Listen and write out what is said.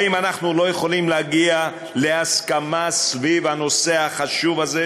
האם אנחנו לא יכולים להגיע להסכמה סביב הנושא החשוב הזה,